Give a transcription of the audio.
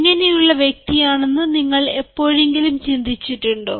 എങ്ങനെയുള്ള വ്യക്തിയാണെന്ന് നിങ്ങൾ എപ്പോഴെങ്കിലും ചിന്തിച്ചിട്ടുണ്ടോ